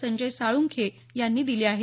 संजय साळंखे यांनी दिली आहे